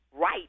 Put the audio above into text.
right